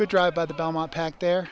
good drive by the belmont pack their